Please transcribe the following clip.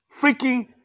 freaking